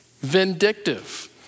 vindictive